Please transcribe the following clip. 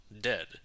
dead